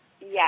Yes